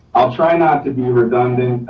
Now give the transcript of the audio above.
i'll try not to be redundant.